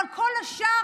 אבל כל השאר,